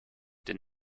den